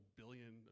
billion